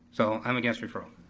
so i'm against referral.